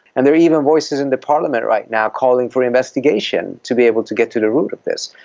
and there are even voices in the parliament right now calling for an investigation, to be able to get to the root of this.